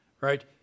right